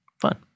fun